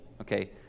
okay